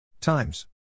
Times